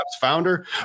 founder